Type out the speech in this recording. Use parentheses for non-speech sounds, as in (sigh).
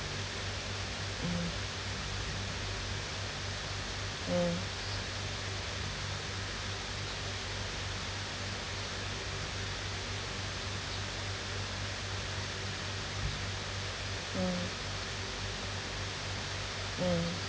mm mm (breath) mm mm